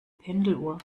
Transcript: pendeluhr